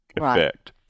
effect